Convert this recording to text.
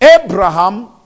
Abraham